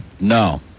No